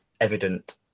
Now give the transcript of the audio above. evident